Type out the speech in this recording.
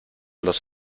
los